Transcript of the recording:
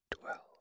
dwell